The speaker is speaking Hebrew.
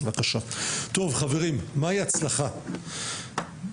חה"כ מרגי,